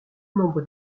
nombre